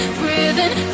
breathing